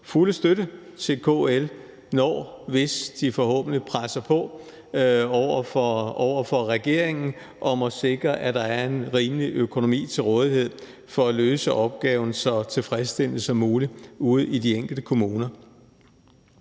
fulde støtte til KL, når/hvis de forhåbentlig presser på over for regeringen for at sikre, at der er en rimelig økonomi til rådighed for at løse opgaven så tilfredsstillende som muligt ude i de enkelte kommuner.